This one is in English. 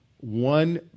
one